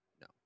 no